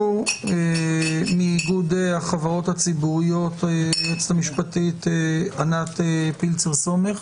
מאיגוד החברות הציבוריות היועצת המשפטית ענת פילצר סומך.